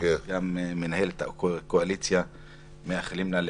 אנחנו מאחלים למנהלת הקואליציה עליזה